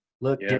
Look